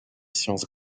sciences